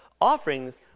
Offerings